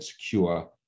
secure